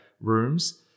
rooms